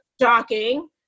shocking